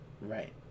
Right